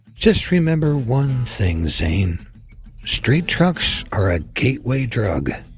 just remember one thing, zane straight trucks are a gateway drug.